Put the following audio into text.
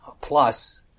plus